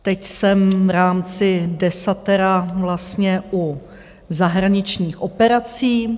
Teď jsem v rámci desatera vlastně u zahraničních operací.